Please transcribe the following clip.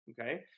Okay